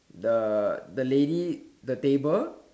the the lady the table